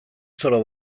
zoro